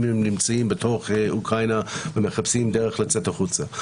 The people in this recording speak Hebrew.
אם הם נמצאים בתוך אוקראינה ומחפשים דרך לצאת החוצה.